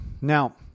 now